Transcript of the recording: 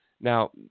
Now